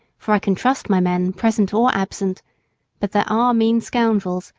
for i can trust my men, present or absent but there are mean scoundrels,